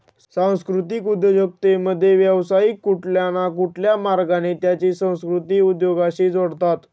सांस्कृतिक उद्योजकतेमध्ये, व्यावसायिक कुठल्या न कुठल्या मार्गाने त्यांची संस्कृती उद्योगाशी जोडतात